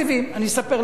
אני אספר לכם.